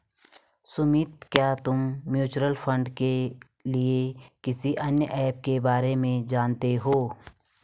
सुमित, क्या तुम mutual fund के लिए किसी अन्य ऐप के बारे में जानते हो?